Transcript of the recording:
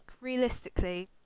realistically